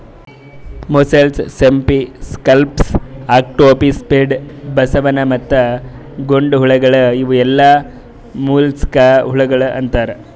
mussels, ಸಿಂಪಿ, scallops, octopi, squid, ಬಸವನ ಮತ್ತ ಗೊಂಡೆಹುಳಗೊಳ್ ಇವು ಎಲ್ಲಾ ಮೊಲಸ್ಕಾ ಹುಳಗೊಳ್ ಅಂತಾರ್